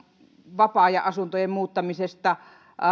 vapaa ajan asuntojen muuttamisesta